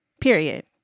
Period